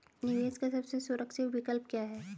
निवेश का सबसे सुरक्षित विकल्प क्या है?